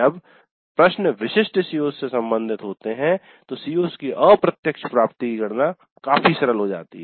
जब प्रश्न विशिष्ट CO's से संबंधित होते हैं तो CO's की अप्रत्यक्ष प्राप्ति की गणना काफी सरल हो जाती है